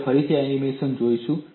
આપણે ફરીથી આ એનિમેશન જોઈશું